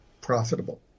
profitable